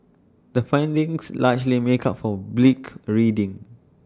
the findings largely make up for bleak reading